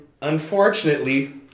unfortunately